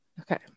Okay